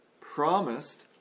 promised